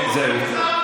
אוקיי, זהו.